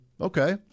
okay